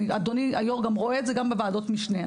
אדוני היו"ר רואה את זה גם בוועדות משנה.